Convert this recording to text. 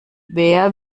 wer